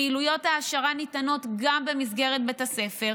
פעילויות העשרה ניתנות גם במסגרת בית הספר.